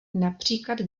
například